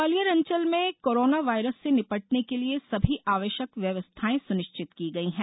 ग्वालियर अंचल में corona virus से निपटने के लिए सभी आवश्यक व्यवस्थाएं सुनिश्चित की गई है